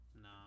No